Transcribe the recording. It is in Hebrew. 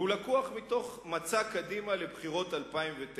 והוא לקוח מתוך מצע קדימה לבחירות 2009: